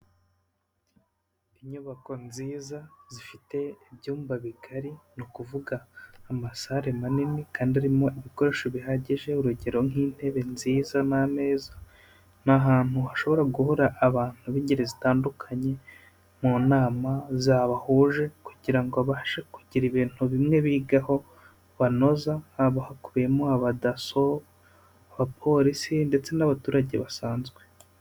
Inyubako nziza zifite ibyumba bigari ni ukuvuga amasare manini kandi arimo ibikoresho bihagije urugero nk'intebe nziza n'ameza. NI ahantu hashobora guhora abantu b'ingeri zitandukanye mu nama zabahuje kugira ngo abashe kugira ibintu bimwe bigezaho. Haba hakubiyemo abadaso, abapolisi ndetse n'abaturage basanzwe.